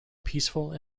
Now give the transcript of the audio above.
peaceful